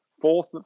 fourth